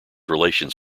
relations